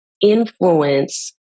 influence